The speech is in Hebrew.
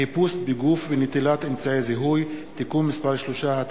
חיפוש בגוף ונטילת אמצעי זיהוי) (תיקון מס' 3),